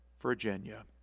Virginia